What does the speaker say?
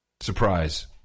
Surprise